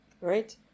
Right